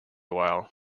while